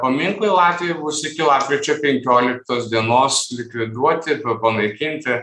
paminklai latvijoj bus iki lapkričio penkioliktos dienos likviduoti panaikinti